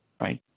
right